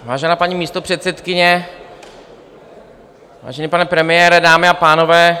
Vážená paní místopředsedkyně, vážený pane premiére, dámy a pánové...